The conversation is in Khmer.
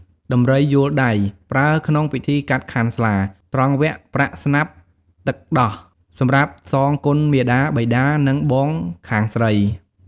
ដំរីយោលដៃ ប្រើក្នុងពិធីកាត់ខាន់ស្លា ត្រង់វគ្គប្រាក់ស្នាប់ទឹកដោះ សម្រាប់សងគុណមាតា បិតា និងបងខាងស្រី។